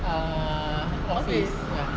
err office